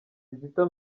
kizito